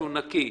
שהוא נקי.